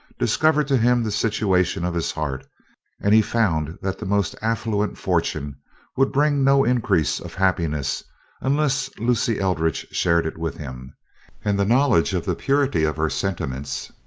discovered to him the situation of his heart and he found that the most affluent fortune would bring no increase of happiness unless lucy eldridge shared it with him and the knowledge of the purity of her sentiments,